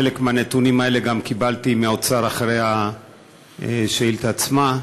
חלק מהנתונים האלה גם קיבלתי מהאוצר אחרי השאילתה עצמה,